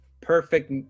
perfect